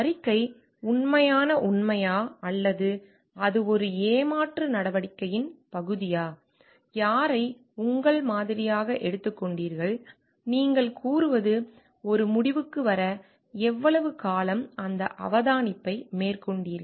அறிக்கை உண்மையான உண்மையா அல்லது அது ஒரு ஏமாற்று நடவடிக்கையின் ஒரு பகுதியா யாரை உங்கள் மாதிரியாக எடுத்துக் கொண்டீர்கள் நீங்கள் கூறுவது ஒரு முடிவுக்கு வர எவ்வளவு காலம் அந்த அவதானிப்பை மேற்கொண்டீர்கள்